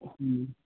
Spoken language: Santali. ᱦᱮᱸ